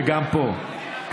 וגם פה קצת,